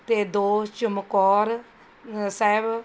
ਅਤੇ ਦੋ ਚਮਕੌਰ ਸਾਹਿਬ